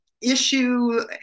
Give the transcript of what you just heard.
issue